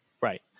Right